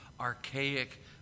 archaic